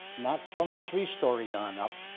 not from the three story on up,